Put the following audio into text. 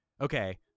okay